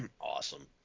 awesome